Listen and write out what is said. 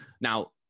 Now